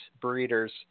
breeders